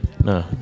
No